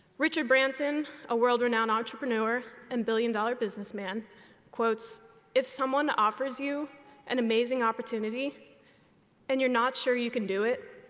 richard branson, a world renowned entrepreneur and billion dollar businessman quotes if someone offers you an amazing opportunity and you're not sure you can do it,